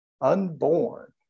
unborn